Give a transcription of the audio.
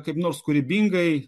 kaip nors kūrybingai